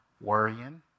worrying